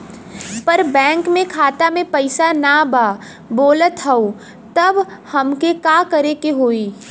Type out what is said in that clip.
पर बैंक मे खाता मे पयीसा ना बा बोलत हउँव तब हमके का करे के होहीं?